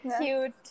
Cute